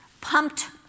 pumped